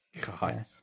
God